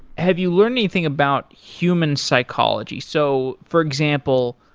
have you learned anything about human psychology? so for example,